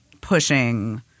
pushing